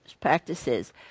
practices